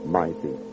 mighty